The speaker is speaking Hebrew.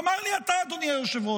אז תאמר לי אתה, אדוני היושב-ראש,